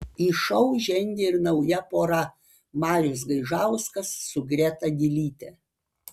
į šou įžengė ir nauja pora marius gaižauskas su greta gylyte